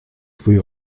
twój